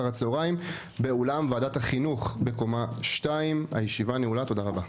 14:00-16:00 באולם ועדת החינוך בקומה 2. הישיבה נעולה תודה רבה.